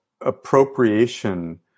appropriation